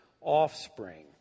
offspring